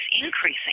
increasing